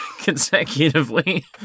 consecutively